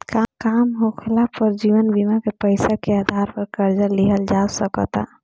काम होखाला पर जीवन बीमा के पैसा के आधार पर कर्जा लिहल जा सकता